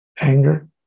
anger